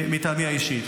לא ייכלל ביעדים השנתיים,